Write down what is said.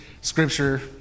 scripture